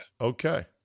Okay